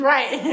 Right